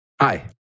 Hi